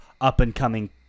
up-and-coming